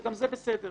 וגם זה בסדר